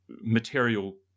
material